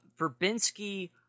Verbinski